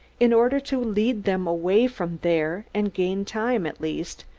in order to lead them away from there and gain time, at least,